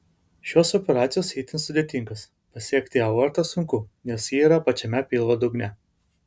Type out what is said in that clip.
šios operacijos itin sudėtingos pasiekti aortą sunku nes ji yra pačiame pilvo dugne